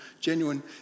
genuine